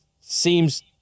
seems